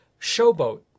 Showboat